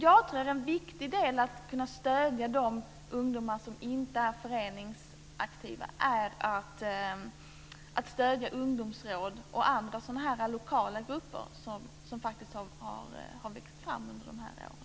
Jag tror att en viktig del i att kunna stödja de ungdomar som inte är föreningsaktiva är att stödja ungdomsråd och andra lokala grupper som faktiskt har växt fram under de här åren.